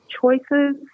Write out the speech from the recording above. choices